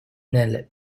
nel